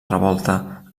revolta